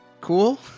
cool